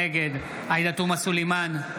נגד עאידה תומא סלימאן,